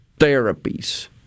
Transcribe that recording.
therapies